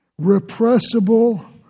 repressible